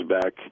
back